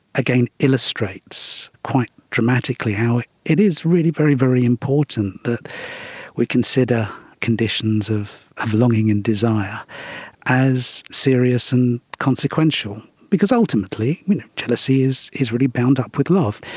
again, illustrates quite dramatically how it is really very, very important that we consider conditions of of belonging and desire as serious and consequential, because ultimately jealousy is is really bound up with love.